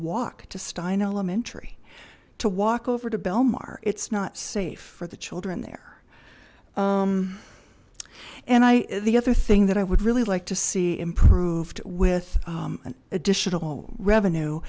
walk to stein elementary to walk over to bill maher it's not safe for the children there and i the other thing that i would really like to see improved with an additional